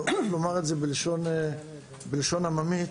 בלשון עממית,